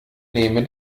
nehme